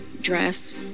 dress